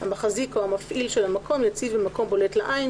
המחזיק או המפעיל של המקום יציב במקום בולט לעין,